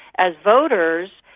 as voters,